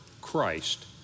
Christ